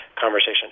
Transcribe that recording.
conversation